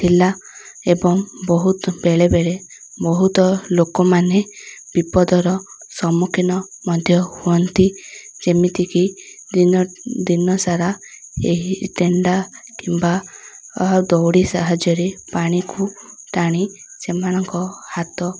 ଥିଲା ଏବଂ ବହୁତ ବେଳେବେଳେ ବହୁତ ଲୋକମାନେ ବିପଦର ସମ୍ମୁଖୀନ ମଧ୍ୟ ହୁଅନ୍ତି ଯେମିତିକି ଦିନ ଦିନ ସାରା ଏହି ତେଣ୍ଡା କିମ୍ବା ଦଉଡ଼ି ସାହାଯ୍ୟରେ ପାଣିକୁ ଟାଣି ସେମାନଙ୍କ ହାତ